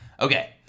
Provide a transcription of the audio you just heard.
Okay